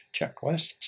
checklists